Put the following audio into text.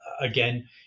Again